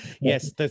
Yes